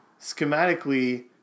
schematically